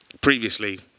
Previously